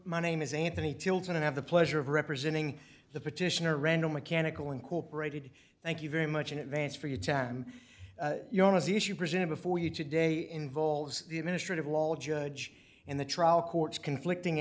my name is anthony tilden and have the pleasure of representing the petitioner randall mechanical incorporated thank you very much in advance for your time as issue presented before you today involves the administrative law judge in the trial courts conflicting